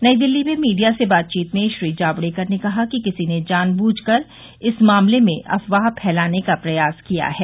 नई दिल्ली में मीडिया से बातचीत में श्री जावड़ेकर ने कहा कि किसी ने जानब्र्झ कर इस मामले में अफवाह फैलाने का प्रयास किया है